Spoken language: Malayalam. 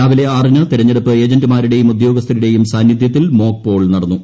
രാവിലെ ആറിന് തെരഞ്ഞെടുപ്പ് ഏജന്റുമാരുടെയും ഉദ്യോഗസ്ഥരുടെയും സാന്നിദ്ധ്യത്തിൽ മോക്പോൾ നടന്നു